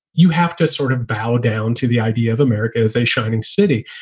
you have to sort of bow down to the idea of america as a shining city.